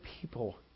people